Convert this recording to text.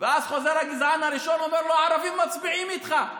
ואז חוזר הגזען הראשון ואומר לו: הערבים מצביעים איתך.